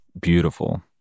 beautiful